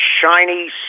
shiny